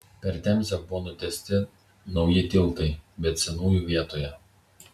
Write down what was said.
per temzę buvo nutiesti nauji tiltai bet senųjų vietoje